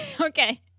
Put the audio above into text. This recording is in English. Okay